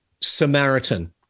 Samaritan